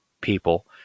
people